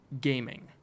gaming